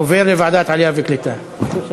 עובר לוועדת העלייה והקליטה.